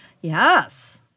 Yes